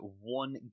one